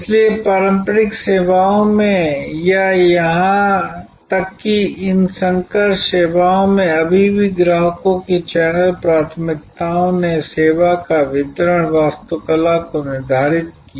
इसलिए पारंपरिक सेवाओं में या यहां तक कि इन संकर सेवाओं में अभी भी ग्राहकों की चैनल प्राथमिकताओं ने सेवा के वितरण वास्तुकला को निर्धारित किया है